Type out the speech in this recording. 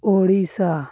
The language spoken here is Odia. ଓଡ଼ିଶା